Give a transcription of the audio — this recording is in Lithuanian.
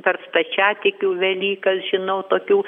per stačiatikių velykas žinau tokių